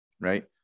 right